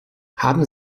haben